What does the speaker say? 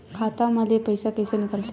खाता मा ले पईसा कइसे निकल थे?